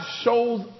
shows